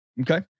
Okay